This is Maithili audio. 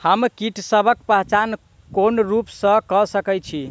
हम कीटसबक पहचान कोन रूप सँ क सके छी?